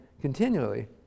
continually